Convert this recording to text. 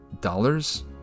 dollars